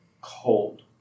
cold